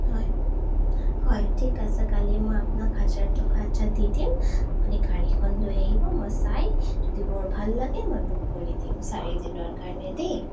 হয় হয় ঠিক আছে কালি মই আপোনাক হাজাৰ টকা এটা দি দিম আপুনি গাড়ীখন লৈ আহিব মই চাই যদি মোৰ ভাল লাগে মই বুক কৰি দিম চাৰি দিনৰ কাৰণে দেই